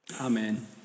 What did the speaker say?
Amen